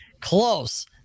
Close